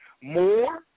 more